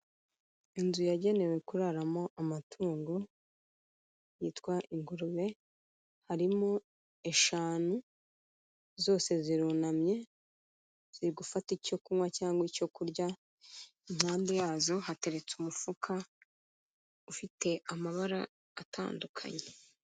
Inzu yagenewe kuraramo amatungo yitwa ingurube, harimo eshanu zose zirunamye ziri gufata icyo kunywa cyangwa icyo kurya, impande yazo hateretse umufuka ufite amabara atandukanye.